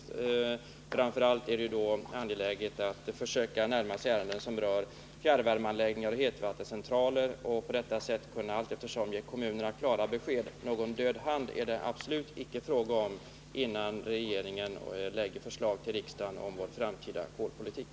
Framför allt är det angeläget att försöka närma sig ärenden som rör fjärrvärmeanläggningar och hetvattencentraler och på detta sätt allteftersom kunna ge kommunerna klara besked. Någon död hand är det absolut icke fråga om innan regeringen lägger fram förslag till riksdagen om vår framtida kolpolitik.